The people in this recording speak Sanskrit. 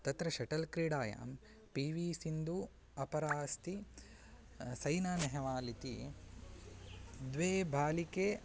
तत्र शटल् क्रीडायां पि वि सिन्धु अपरास्ति सैना नेहवाल् इति द्वे बालिके